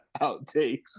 outtakes